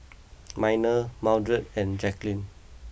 Minor Mildred and Jackeline